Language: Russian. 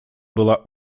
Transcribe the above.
была